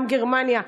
גם בגרמניה,